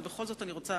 אבל אני בכל זאת רוצה